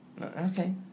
okay